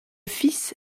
fils